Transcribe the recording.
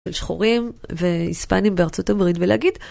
ושחורים והיספנים בארצות הברית ולהגיד